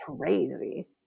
crazy